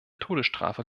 todesstrafe